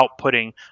outputting